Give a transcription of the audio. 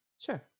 Sure